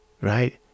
right